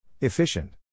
Efficient